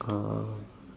uh